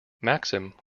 maxim